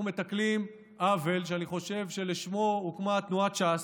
אנחנו מתקנים עוול שאני חושב שלשמו הוקמה תנועת ש"ס: